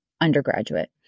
undergraduate